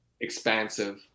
expansive